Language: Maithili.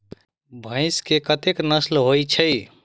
भैंस केँ कतेक नस्ल होइ छै?